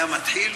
היה מתחיל